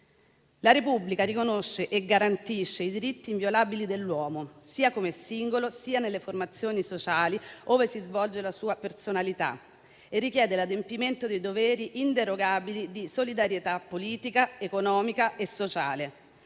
«La Repubblica riconosce e garantisce i diritti inviolabili dell'uomo, sia come singolo, sia nelle formazioni sociali ove si svolge la sua personalità, e richiede l'adempimento dei doveri inderogabili di solidarietà politica, economica e sociale»,